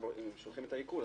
אם שולחים עיקול,